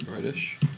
British